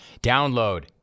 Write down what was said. Download